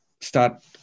start